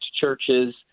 churches